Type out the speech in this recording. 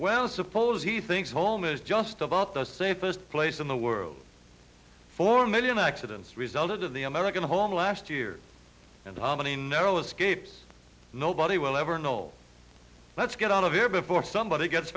well suppose he thinks home is just about the safest place in the world four million accidents resulted in the american home last year and harmony narrow escapes nobody will ever know all let's get out of here before somebody gets